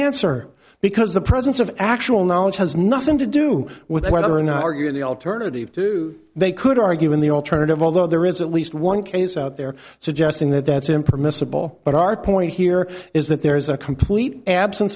answer because the presence of actual knowledge has nothing to do with whether or not you're in the alternative do they could argue in the alternative although there is at least one case out there suggesting that that's impermissible but our point here is that there is a complete absence